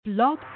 Blog